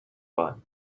bought